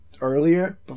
earlier